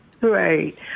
right